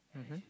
mmhmm